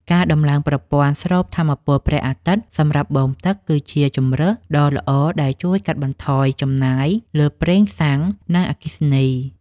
ការដំឡើងប្រព័ន្ធស្រូបថាមពលព្រះអាទិត្យសម្រាប់បូមទឹកគឺជាជម្រើសដ៏ល្អដែលជួយកាត់បន្ថយចំណាយលើប្រេងសាំង និងអគ្គិសនី។